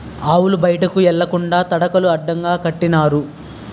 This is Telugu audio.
ఆవులు బయటికి ఎల్లకండా తడకలు అడ్డగా కట్టినారు